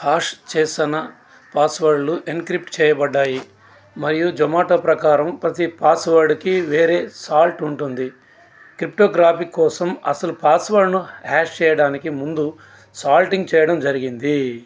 hash చేసిన పాస్వర్డ్లు encrypt చేయబడ్డాయి మరియు జొమాటో ప్రకారం ప్రతి పాస్వర్డ్కి వేరే సాల్ట్ ఉంటుంది క్రిప్టోగ్రాఫిక్ కోసం అసలు పాస్వర్డ్ను హ్యాష్ చేయడానికి ముందు సాల్టింగ్ చేయడం జరిగింది